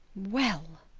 well!